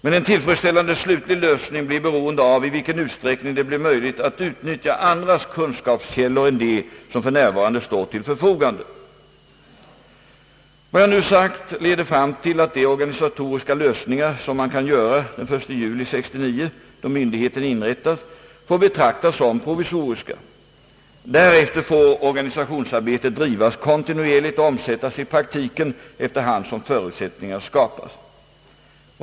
En tillfredsställande slutlig lösning blir dock beroende av i vilken utsträckning det blir möjligt att utnyttja andra kunskapskällor än de som för närvarande står till förfogande. Vad jag nu sagt leder fram till att de organisatoriska lösningar som man kan göra den 1 juli 1969 då myndigheten inrättas får betraktas som provisoriska. Därefter får organisationsarbetet drivas kontinuerligt och omsättas i praktiken efter hand som förutsättningar skapas.